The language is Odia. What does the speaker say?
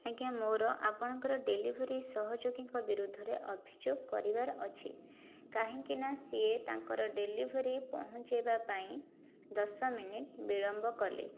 ଆଜ୍ଞା ମୋର ଆପଣଙ୍କର ଡେଲିଭରି ସହଯୋଗୀଙ୍କ ବିରୁଦ୍ଧରେ ଅଭିଯୋଗ କରିବାର ଅଛି କାହିଁକିନା ସିଏ ତାଙ୍କର ଡେଲିଭରି ପହଞ୍ଚାଇବା ପାଇଁ ଦଶ ମିନିଟ୍ ବିଳମ୍ବ କଲେ